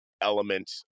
element